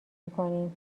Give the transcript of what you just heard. میکنیم